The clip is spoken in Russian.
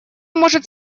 может